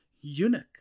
eunuch